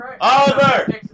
Oliver